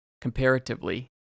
comparatively